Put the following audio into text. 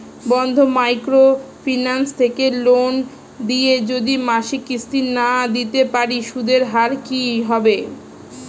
বন্ধন micro finance থেকে loan নিয়ে যদি মাসিক কিস্তি না দিতে পারি সুদের হার কি হবে?